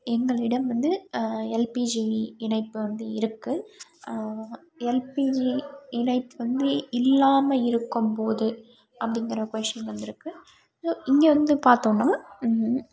எங்களிடம் வந்து எல்பிஜி இணைப்பு வந்து இருக்குது எல்பிஜி இணைப்பு வந்து இல்லாமல் இருக்கும் போது அப்படீங்கிற கொஷின் வந்துருக்கு இங்கே வந்து பார்த்தோனா